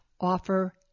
offer